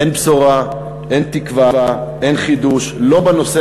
אין בשורה, אין תקווה, אין חידוש, לא בנושא